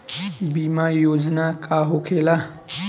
बीमा योजना का होखे ला?